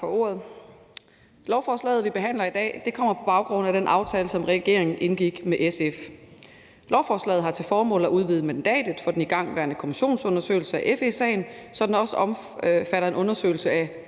Tak for ordet. Lovforslaget, vi behandler i dag, kommer på baggrund af den aftale, som regeringen indgik med SF. Lovforslaget har til formål at udvide mandatet for den igangværende kommissionsundersøgelse af FE-sagen, så den også omfatter en undersøgelse af